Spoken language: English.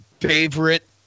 favorite